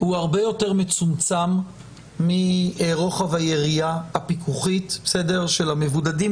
הוא הרבה יותר מצומצם מרוחב היריעה הפיקוחית של המבודדים,